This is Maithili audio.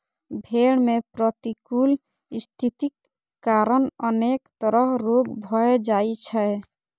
भेड़ मे प्रतिकूल स्थितिक कारण अनेक तरह रोग भए जाइ छै